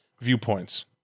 viewpoints